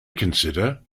consider